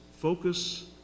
focus